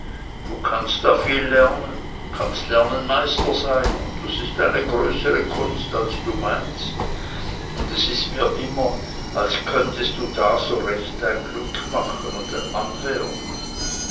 du kannst da viel lernen kannst lernen meister sein und das ist eine größere kunst als du meinst und es ist mir immer als könnest du da so recht dein glück machen und ein mann werden